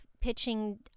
pitching